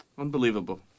Unbelievable